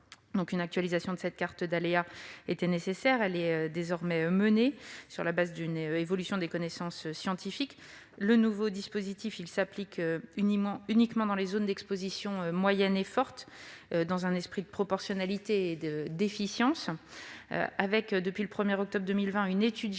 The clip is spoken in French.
2018. Une actualisation de la carte d'aléa était nécessaire. Elle a été menée sur la base d'une évolution des connaissances scientifiques. Le nouveau dispositif s'applique uniquement dans les zones d'exposition moyenne et forte, dans un esprit de proportionnalité et d'efficience de la réglementation. Depuis le 1 octobre 2020, une étude géotechnique